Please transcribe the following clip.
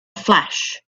flash